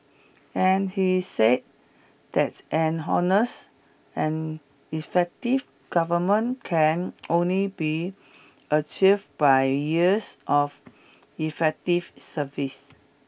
and he said that an honest and effective government can only be achieved by years of effective service